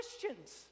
Christians